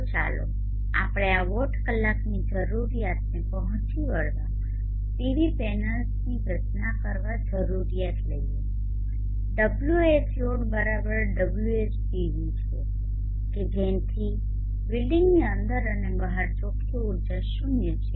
તો ચાલો આપણે આ વોટ કલાકની જરૂરિયાતને પહોંચી વળવા માટે PV પેનલ્સની રચના કરવા માટેની જરૂરિયાત લઈએ WhloadWhpv છે કે જેથી બિલ્ડિંગની અંદર અને બહાર ચોખ્ખી ઊર્જા શૂન્ય છે